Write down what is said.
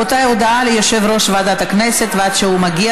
26 חברי כנסת בעד,